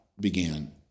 began